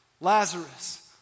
Lazarus